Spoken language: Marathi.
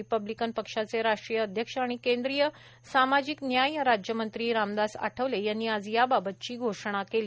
रिपल्बिकन पक्षाचे राष्ट्रीय अध्यक्ष आणि केंद्रीय सामाजिक न्याय राज्यमंत्री रामदास आठवले यांनी आज याबाबतची घोषणा केली